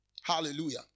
Hallelujah